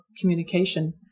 communication